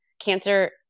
cancer